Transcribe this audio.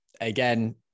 Again